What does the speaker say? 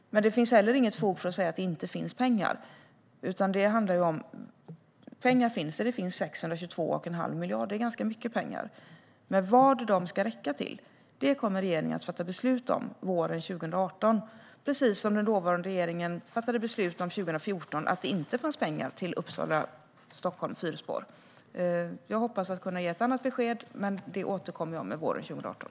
Det finns heller inget fog för att säga att det inte finns pengar. Pengar finns. Det finns 622 1⁄2 miljard. Det är ganska mycket pengar. Men vad de ska räcka till kommer regeringen att fatta beslut om våren 2018. Den dåvarande regeringen fattade beslut 2014: Det fanns inte pengar till fyrspår mellan Uppsala och Stockholm. Jag hoppas kunna ge ett annat besked, men det återkommer jag med våren 2018.